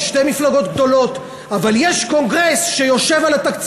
יש שתי מפלגות גדולות.